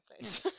nice